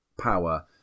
power